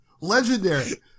Legendary